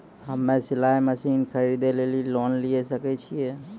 हम्मे सिलाई मसीन खरीदे लेली लोन लिये सकय छियै?